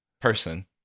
person